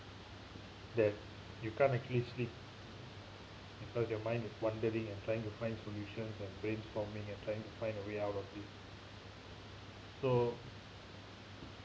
that you can't actually sleep because your mind is wandering and trying to find solutions and brainstorming you're trying to find a way out of this so